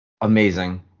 Amazing